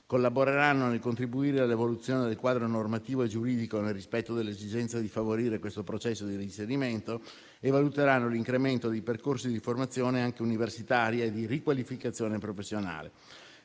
Collaboreranno, altresì, nel contribuire all'evoluzione del quadro normativo e giuridico nel rispetto dell'esigenza di favorire questo processo di reinserimento e valuteranno l'incremento dei percorsi di formazione, anche universitaria, e di riqualificazione professionale.